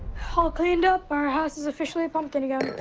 ah cleaned up. our house is officially a pumpkin again.